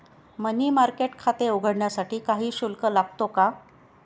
मनी market खाते उघडण्यासाठी काही शुल्क लागतो का?